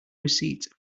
receipts